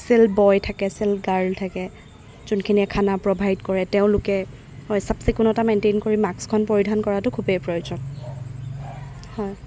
cell boy থাকে চেল girl থাকে যোনখিনিয়ে খানা প্ৰভাইড কৰে তেওঁলোকে হয় চাফ চিকুণতা মেইনটেইন কৰি মাস্কখন পৰিধান কৰাটো খুবেই প্ৰয়োজন হয়